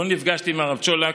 לא נפגשתי עם הרב צ'ולק,